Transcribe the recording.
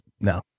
No